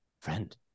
Friend